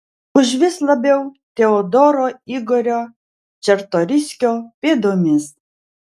užvis labiau teodoro igorio čartoriskio pėdomis